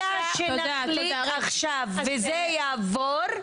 ברגע שנחליט עכשיו וזה יעבור,